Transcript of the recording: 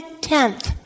tenth